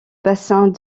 bassins